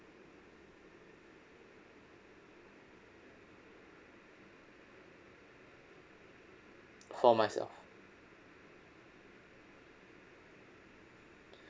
for myself